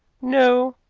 no.